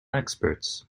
experts